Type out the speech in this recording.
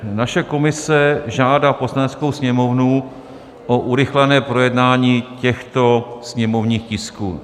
Naše komise žádá Poslaneckou sněmovnu o urychlené projednání těchto sněmovních tisků: